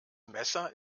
messer